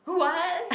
what